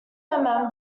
member